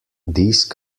these